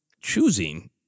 choosing